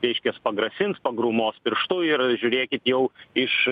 reiškias pagrasins pagrūmos pirštu ir žiūrėkit jau iš